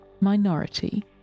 Minority